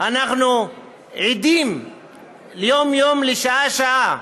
אנחנו עדים יום-יום ושעה-שעה,